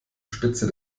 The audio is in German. spitze